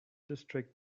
district